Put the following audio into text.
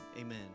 amen